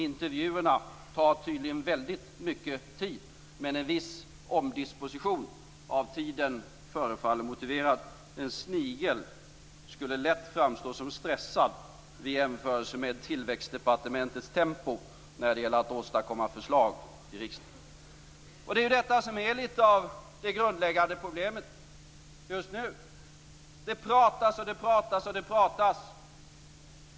Intervjuerna tar tydligen väldigt mycket tid, men en viss omdisposition av tiden förefaller motiverad. En snigel skulle lätt framstå som stressad i jämförelse med tillväxtdepartementets tempo när det gäller att åstadkomma förslag till riksdagen. Det är ju detta som är lite av det grundläggande problemet just nu. Det pratas, och det pratas, och det pratas.